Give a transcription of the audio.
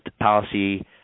policy